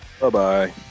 bye-bye